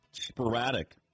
Sporadic